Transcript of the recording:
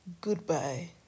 goodbye